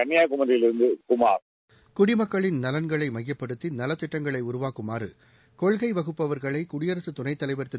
கன்னியாகுமரியிலிருந்து குமார் நலன்களை மையப்படுத்தி நலத்திட்டங்களை உருவாக்குமாற குடிமக்களின் கொள்கை வகுப்பவர்களை குடியரசு துணைத் தலைவர் திரு